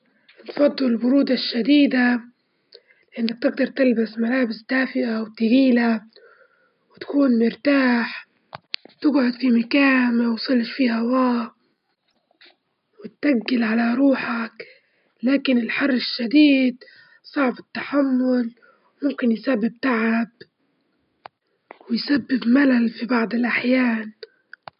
انفضل انكون عالق بمفردي، لإن إذا كان عدوي الموضوع بيكون متوتر ما نقدرش نركز في البقاء على قيد الحياة، والوحدة تعطيك مساحة تفكير أكبر وتكون في مساحة شخصية.